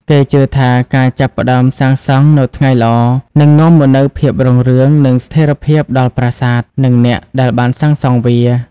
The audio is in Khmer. គេជឿថាការចាប់ផ្តើមសាងសង់នៅថ្ងៃល្អនឹងនាំមកនូវភាពរុងរឿងនិងស្ថិរភាពដល់ប្រាសាទ និងអ្នកដែលបានសាងសង់វា។